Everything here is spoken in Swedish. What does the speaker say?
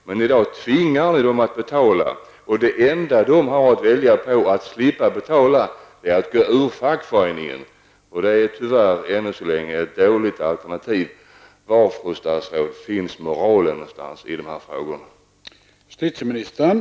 Men i dag tvingar man dem att betala. Enda sättet att slippa betala är att gå ur fackföreningen, och det är tyvärr än så länge ett dåligt alternativ. Var finns moralen i detta sammanhang?